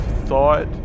thought